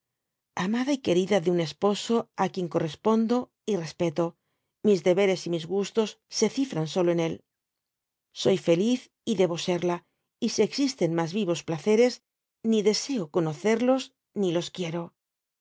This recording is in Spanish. amada y querida de un esposo á quien correspondo y respeto mis deberes y mis gustos se cifran solo en él soy feliz y debo serla y si existen mas yiyos placeres ni deseo conocerlos ni los quiero